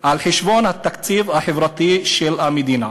על חשבון התקציב החברתי של המדינה.